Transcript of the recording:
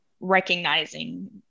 recognizing